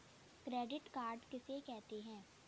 Credit card किसे कहते हैं?